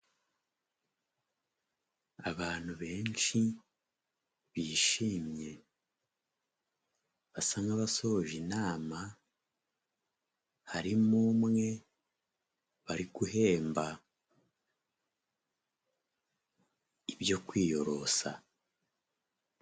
Abantu benshi bishimye basa nk'abasoje inama, harimo umwe bari guhemba ibyo kwiyorosa.